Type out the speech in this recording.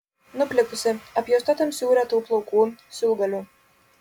nuplikusi apjuosta tamsių retų plaukų siūlgalių